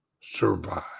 survive